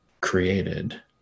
created